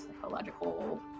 psychological